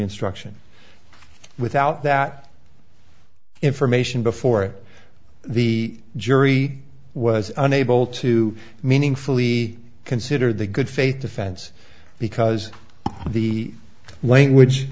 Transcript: instruction without that information before the jury was unable to meaningfully consider the good faith defense because the language